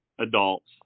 adults